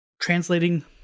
translating